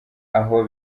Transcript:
aho